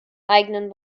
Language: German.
eigenen